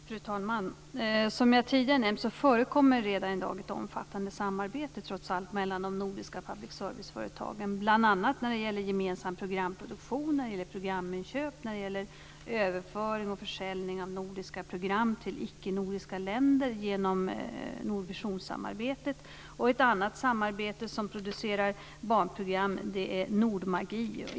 Fru talman! Som jag tidigare nämnt förekommer det redan i dag trots allt ett omfattande samarbete mellan de nordiska public service-företagen, bl.a. när det gäller gemensam programproduktion, programinköp och överföring och försäljning av nordiska program till icke-nordiska länder genom Nordvisionsamarbetet. Ett annat samarbete, där man producerar barnprogram, är Nordmagi.